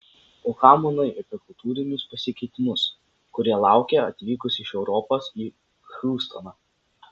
o ką manai apie kultūrinius pasikeitimus kurie laukė atvykus iš europos į hjustoną